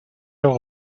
heure